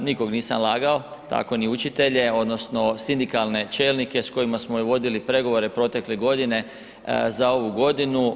Nikog nisam lagao, tako ni učitelje odnosno sindikalne čelnike s kojima smo vodili pregovore protekle godine za ovu godinu.